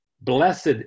Blessed